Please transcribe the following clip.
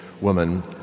woman